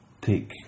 take